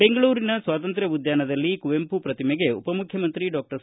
ಬೆಂಗಳೂರಿನ ಸ್ವಾತಂತ್ರ್ಯ ಉದ್ಯಾನದಲ್ಲಿ ಕುವೆಂಪು ಪ್ರತಿಮೆಗೆ ಉಪಮುಖ್ಯಮಂತ್ರಿ ಡಾ ಸಿ